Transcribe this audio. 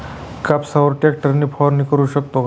कापसावर ट्रॅक्टर ने फवारणी करु शकतो का?